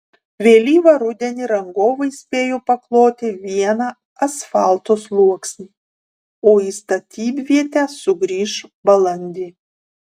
vėlyvą rudenį rangovai spėjo pakloti vieną asfalto sluoksnį o į statybvietę sugrįš balandį